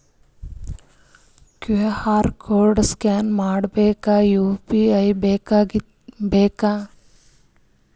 QR code scan ಮಾಡಬೇಕಾದರೆ UPI ಬೇಕಾ?